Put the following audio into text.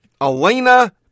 Elena